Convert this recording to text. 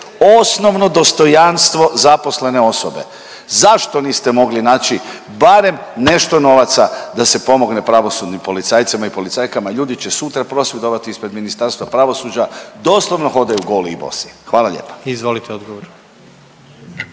osnovno dostojanstvo zaposlene osobe. Zašto niste mogli naći barem nešto novaca da se pomogne pravosudnim policajcima i policajkama? Ljudi će sutra prosvjedovati ispred Ministarstva pravosuđa, doslovno hodaju goli i bosi, hvala lijepa.